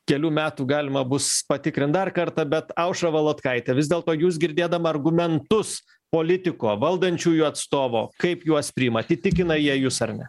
kelių metų galima bus patikrint dar kartą bet aušra volodkaite vis dėlto jūs girdėdama argumentus politiko valdančiųjų atstovo kaip juos priimat įtikina jie jus ar ne